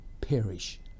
perish